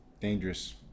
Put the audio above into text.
Dangerous